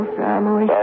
family